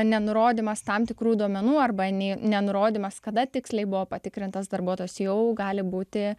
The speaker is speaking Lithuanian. nenurodymas tam tikrų duomenų arba nei nenurodymas kada tiksliai buvo patikrintas darbuotojas jau gali būti